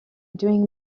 doing